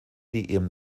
ihrem